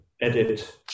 edit